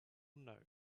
note